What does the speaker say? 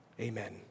Amen